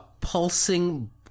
pulsing